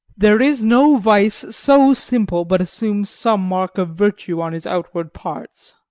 there is no vice so simple but assumes some mark of virtue on his outward parts.